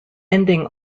ending